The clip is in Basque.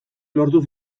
lortu